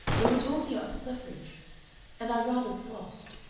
we were talking about the suffrage and i rather scoffed.